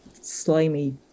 Slimy